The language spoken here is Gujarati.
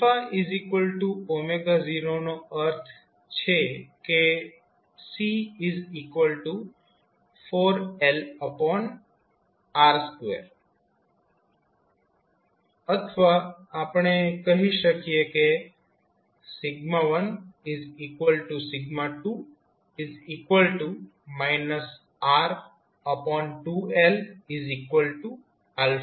0 નો અર્થ છે કે C 4LR2 અથવા આપણે કહી શકીએ કે 12 R2L